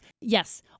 Yes